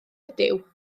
ydyw